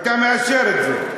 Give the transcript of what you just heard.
אתה מאשר את זה.